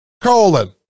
colon